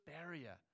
barrier